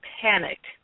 panicked